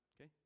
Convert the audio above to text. Okay